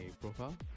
profile